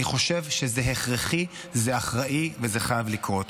אני חושב שזה הכרחי, שזה אחראי ושזה חייב לקרות.